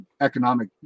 economic